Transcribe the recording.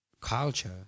culture